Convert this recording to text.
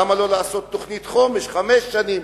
למה לא לעשות תוכנית חומש, של חמש שנים?